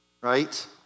right